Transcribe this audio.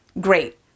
Great